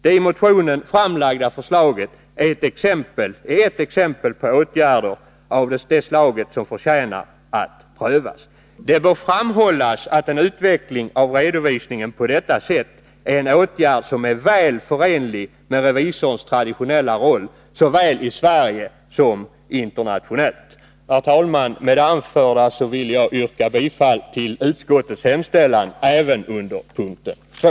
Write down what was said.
Det i motionen framlagda förslaget är ett exempel på åtgärder av det slaget som förtjänar att prövas. Det bör framhållas att en utveckling av redovisningen på detta sätt är en åtgärd som är väl förenlig med revisorns traditionella roll såväl i Sverige som internationellt. Herr talman! Med det anförda vill jag yrka bifall till utskottets hemställan även under p. 2.